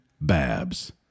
Babs